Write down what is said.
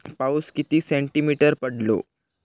पाऊस किती सेंटीमीटर पडलो?